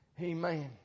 Amen